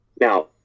Now